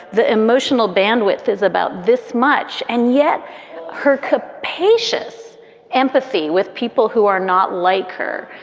the emotional bandwidth is about this much. and yet her capacious empathy with people who are not like her,